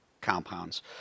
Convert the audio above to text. Compounds